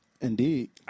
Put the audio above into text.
Indeed